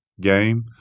game